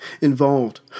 Involved